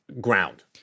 Ground